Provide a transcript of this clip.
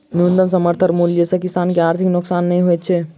न्यूनतम समर्थन मूल्य सॅ किसान के आर्थिक नोकसान नै होइत छै